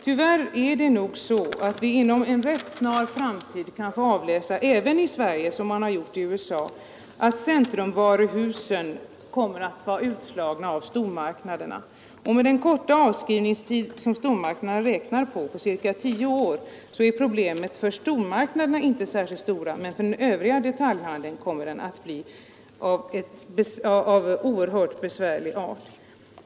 Tyvärr är det nog så att vi inom en rätt snar framtid kan få avläsa även i Sverige, som man har gjort i USA, att centrumvaruhusen kommer att vara utslagna av stormarknaderna. Och med den korta avskrivningstid som stormarknaderna räknar med — cirka tio år — är problemen för stormarknaderna inte särskilt stora, men för den övriga detaljhandeln kommer de att bli av oerhört besvärlig art.